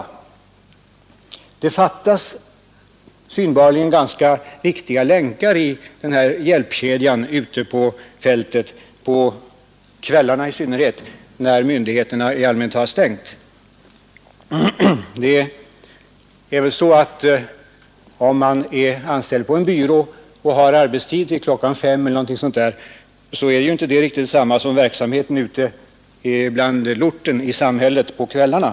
Det fattas synbarligen ganska viktiga länkar i hjälpkedjan ute på fältet, i synnerhet på kvällarna när myndigheterna har stängt. Verksamheten på en socialbyrå som stänger klockan fem är inte riktigt. detsamma som verksamheten ute bland lorten i samhället på kvällarna.